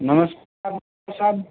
नमस्कार साहब